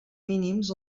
mínims